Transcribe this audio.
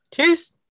Cheers